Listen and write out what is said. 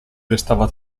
restava